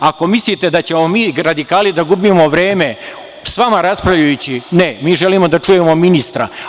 Ako mislite da ćemo mi radikali da gubimo vreme s vama raspravljajući, ne, mi želimo da čujemo ministra.